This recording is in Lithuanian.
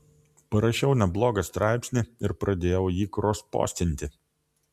parašiau neblogą straipsnį ir pradėjau jį krospostinti